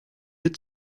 had